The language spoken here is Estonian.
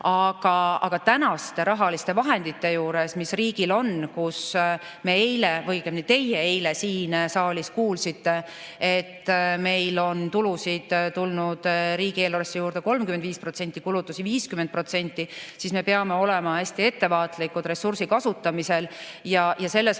Aga tänaste rahaliste vahendite juures, mis riigil on – me eile kuulsime või õigemini teie eile siin saalis kuulsite, et meil on tulusid tulnud riigieelarvesse juurde 35%, kulutusi 50% –, me peame olema hästi ettevaatlikud ressursi kasutamisel. Selles valguses,